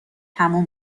تموم